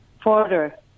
further